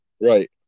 Right